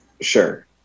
Sure